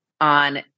on